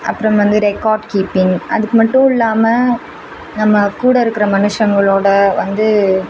அப்புறம் வந்து record keeping அதுக்கு மட்டும் இல்லாமல் நம்ம கூட இருக்கிற மனுஷங்களோட வந்து